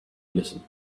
listened